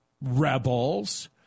rebels